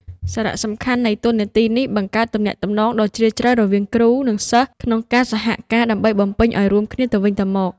សារៈសំខាន់នៃតួនាទីនេះបង្កើតទំនាក់ទំនងដ៏ជ្រាលជ្រៅរវាងគ្រូ និងសិស្សក្នុងការសហការ ដើម្បីបំពេញឱ្យរួមគ្នាទៅវិញទៅមក។